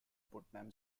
putnam